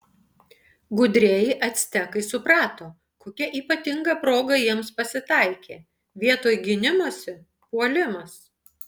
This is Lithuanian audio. gudrieji actekai suprato kokia ypatinga proga jiems pasitaikė vietoj gynimosi puolimas